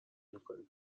میکنیم